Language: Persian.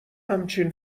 همچین